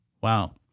Wow